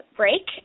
break